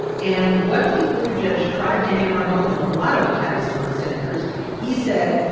and what pete buttigieg tried to hammer home in a lot of attacks on sanders he said,